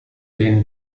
denen